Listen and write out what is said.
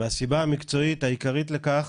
והסיבה המקצועית, העיקרית, לכך